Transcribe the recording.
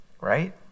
right